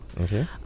Okay